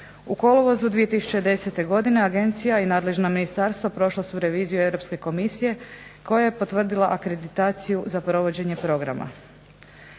U kolovozu 2010. godine agencija i nadležno ministarstvo prošla su reviziju Europske komisije koja je potvrdila akreditaciju za provođenje programa.